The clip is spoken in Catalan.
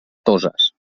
toses